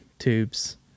Tubes